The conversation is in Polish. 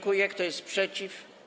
Kto jest przeciw?